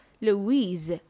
Louise